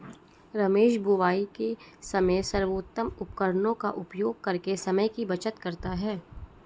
रमेश बुवाई के समय सर्वोत्तम उपकरणों का उपयोग करके समय की बचत करता है